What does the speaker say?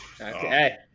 Okay